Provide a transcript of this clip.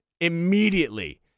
immediately